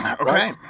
Okay